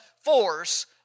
force